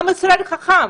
עם ישראל חכם.